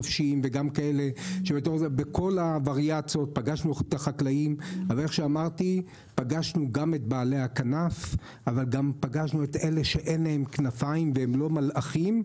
אבל גם פגשנו את אלה שאין להם כנפיים והם לא מלאכים,